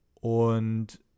und